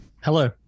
Hello